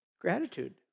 Gratitude